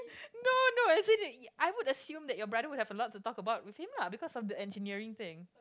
no no as in I will assume that your brother will have a lot to talk about with him lah because of the engineering thing